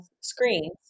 screens